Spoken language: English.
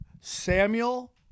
Samuel